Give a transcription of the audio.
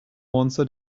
monster